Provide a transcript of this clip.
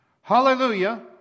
Hallelujah